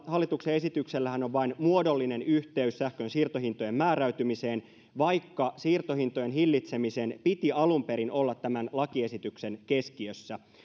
hallituksen esityksellähän on vain muodollinen yhteys sähkön siirtohintojen määräytymiseen vaikka siirtohintojen hillitsemisen piti alun perin olla tämän lakiesityksen keskiössä